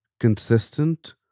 consistent